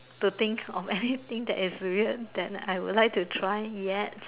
to thik of anything that is weird that I would like to try yet